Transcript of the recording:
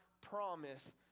promise